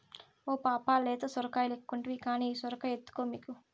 ఓ పాపా లేత సొరకాయలెక్కుంటివి కానీ ఈ సొరకాయ ఎత్తుకో మీకు